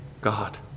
God